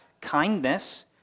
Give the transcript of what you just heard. kindness